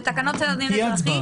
לתקנות לסדר הדין האזרחי,